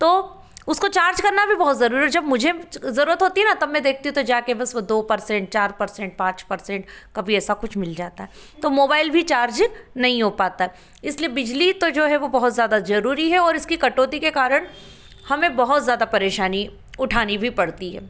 तो उसको चार्ज करना भी बहुत जरूरी है जब मुझे जरूरत होती है न तब मैं देखती हूँ तो जा कर बस वो दो परसेंट चार परसेंट पाँच परसेंट कभी ऐसा कुछ मिल जाता है तो मोबाईल भी चार्ज नहीं हो पाता है इसलिए बिजली तो जो है वो बहुत ज़्यादा जरूरी है और इसकी कटौती के कारण हमें बहुत ज़्यादा परेशानी उठानी भी पड़ती है